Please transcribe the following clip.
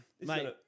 Mate